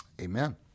Amen